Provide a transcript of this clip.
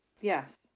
yes